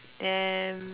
um